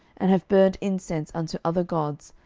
and have burned incense unto other gods,